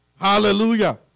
Hallelujah